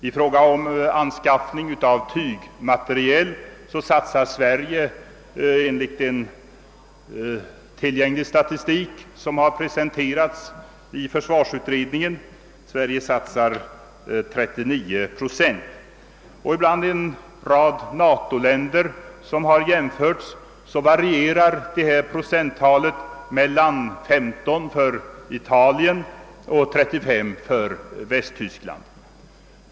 I fråga om anskaffning av tygmateriel satsar Sverige 39 procent enligt en tillgänglig statistik, som har presenterats i försvarsutredningen. Bland en rad NATO-länder som man har gjort en jämförelse med, varierar procenttalet mellan 15 för Italien ech 35 för Västtyskland.